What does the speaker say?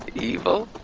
evil?